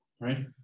right